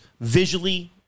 visually